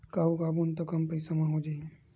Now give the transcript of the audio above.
का उगाबोन त कम पईसा म हो जाही?